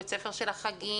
בית ספר של החגים.